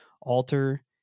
alter